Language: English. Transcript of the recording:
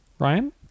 Ryan